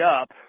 up